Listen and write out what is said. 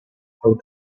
how